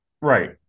Right